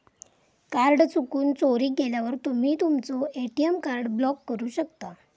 card चुकून, चोरीक गेल्यावर तुम्ही तुमचो ए.टी.एम कार्ड ब्लॉक करू शकता